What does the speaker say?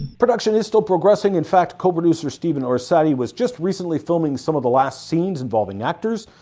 production is still progressing, in fact co-producer stephen orsatti was just recently filming some of the last scenes involving actors,